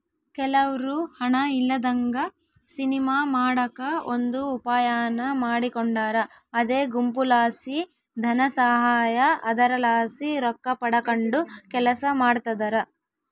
ಕೆಲವ್ರು ಹಣ ಇಲ್ಲದಂಗ ಸಿನಿಮಾ ಮಾಡಕ ಒಂದು ಉಪಾಯಾನ ಮಾಡಿಕೊಂಡಾರ ಅದೇ ಗುಂಪುಲಾಸಿ ಧನಸಹಾಯ, ಅದರಲಾಸಿ ರೊಕ್ಕಪಡಕಂಡು ಕೆಲಸ ಮಾಡ್ತದರ